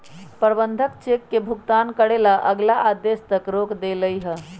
प्रबंधक चेक के भुगतान करे ला अगला आदेश तक रोक देलई ह